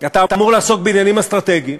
אתה אמור לעסוק בעניינים אסטרטגיים,